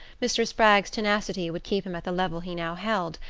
mr. spragg's tenacity would keep him at the level he now held,